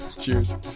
cheers